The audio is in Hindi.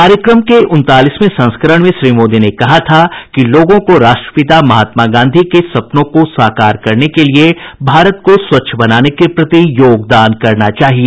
कार्यक्रम के उनतालीसवें संस्करण में श्री मोदी ने कहा था कि लोगों को राष्ट्रपिता महात्मा गांधी के सपनों को साकार करने के लिए भारत को स्वच्छ बनाने के प्रति योगदान करना चाहिए